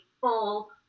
full